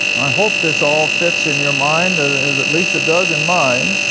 i hope this all fits in your mind ah as at least it does in mine.